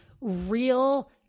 real